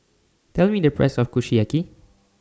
Tell Me The Price of Kushiyaki